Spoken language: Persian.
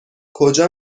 کجا